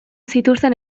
zituzten